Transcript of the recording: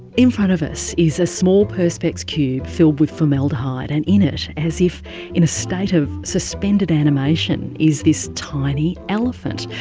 in front of us is a small perspex cube filled with formaldehyde, and in it, as if in a state of suspended animation is this tiny elephant.